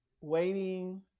waiting